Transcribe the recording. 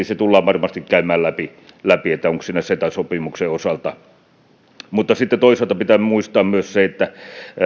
se tullaan varmasti käymään läpi läpi onko siinä ceta sopimuksen osalta muutostarpeita mutta sitten toisaalta pitää muistaa myös se että